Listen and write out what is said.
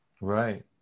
Right